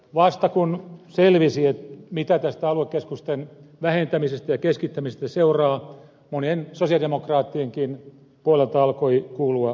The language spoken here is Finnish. vasta kun selvisi mitä tästä aluekeskusten vähentämisestä ja keskittämisestä seuraa monien sosialidemokraattienkin puolelta alkoi kuulua kritiikkiä